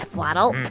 waddle,